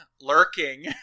lurking